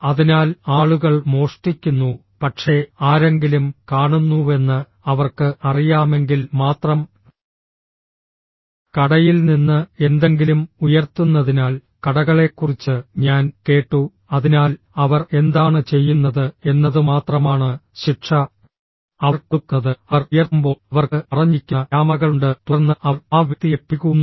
അതിനാൽ ആളുകൾ മോഷ്ടിക്കുന്നു പക്ഷേ ആരെങ്കിലും കാണുന്നുവെന്ന് അവർക്ക് അറിയാമെങ്കിൽ മാത്രം കടയിൽ നിന്ന് എന്തെങ്കിലും ഉയർത്തുന്നതിനാൽ കടകളെക്കുറിച്ച് ഞാൻ കേട്ടു അതിനാൽ അവർ എന്താണ് ചെയ്യുന്നത് എന്നതുമാത്രമാണ് ശിക്ഷ അവർ കൊടുക്കുന്നത് അവർ ഉയർത്തുമ്പോൾ അവർക്ക് മറഞ്ഞിരിക്കുന്ന ക്യാമറകളുണ്ട് തുടർന്ന് അവർ ആ വ്യക്തിയെ പിടികൂടുന്നു